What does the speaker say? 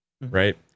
Right